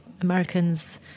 Americans